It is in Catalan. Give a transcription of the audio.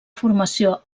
formació